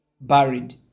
buried